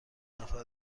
نفر